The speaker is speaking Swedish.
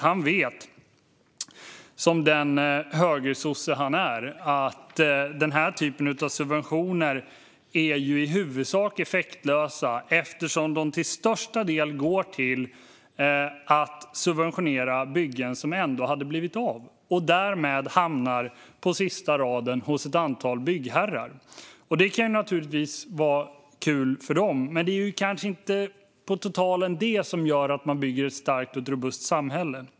Han vet, som den högersosse han är, att den här typen av subventioner i huvudsak är effektlösa, eftersom de till största delen går till att subventionera byggen som ändå hade blivit av. Därmed hamnar de på sista raden hos ett antal byggherrar. Det kan naturligtvis vara kul för dem, men på totalen är det kanske inte det som gör att man bygger ett starkt och robust samhälle.